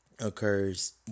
occurs